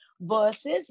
versus